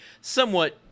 somewhat